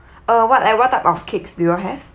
uh what like what type of cakes do you all have